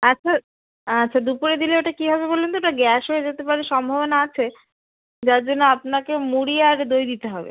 আচ্ছা আচ্ছা দুপুরে দিলে ওটা কী হবে বলুন তো ওটা গ্যাস হয়ে যেতে পারে সম্ভাবনা আছে যার জন্য আপনাকে মুড়ি আর দই দিতে হবে